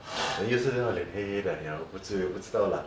then yesterday 她脸黑黑的我不至于我不知道 lah